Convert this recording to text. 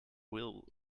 will